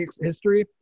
history